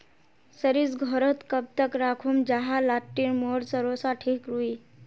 सरिस घोरोत कब तक राखुम जाहा लात्तिर मोर सरोसा ठिक रुई?